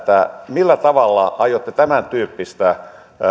millä tavalla aiotte tämäntyyppistä